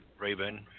Raven –